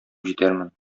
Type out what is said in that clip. җитәрмен